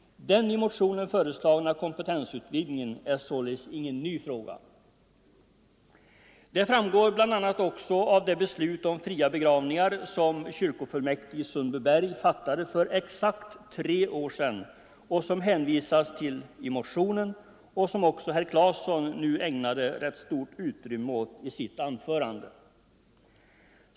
Den i motionen föreslagna kompetensutvidgningen är således ingen ny fråga. Det framgår bl.a. också av det beslut om fria begravningar Nr 117 som kyrkofullmäktige i Sundbyberg fattade för exakt tre år sedan som Torsdagen den det hänvisas till i motionen och som också herr Claeson nu ägnade rätt 7 november 1974 stort utrymme åt i sitt anförande.